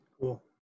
Cool